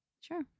Sure